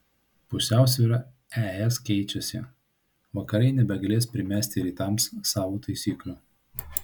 pusiausvyra es keičiasi vakarai nebegalės primesti rytams savo taisyklių